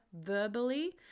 verbally